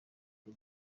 rwo